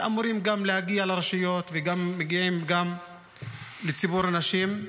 שאמורים להגיע לרשויות ומגיעים גם לציבור הנשים.